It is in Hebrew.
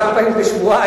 כמה פעמים בשבועיים.